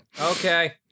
Okay